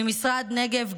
ממשרד הנגב,